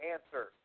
Answer